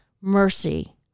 mercy